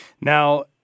Now